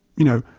you know,